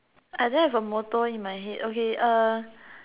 I don't have a motto in my head okay uh